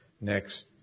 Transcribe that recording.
next